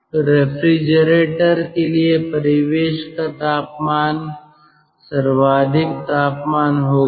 तो रेफ्रिजरेटर के लिए परिवेश का तापमान सर्वाधिक तापमान होगा